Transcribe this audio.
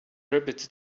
rabbits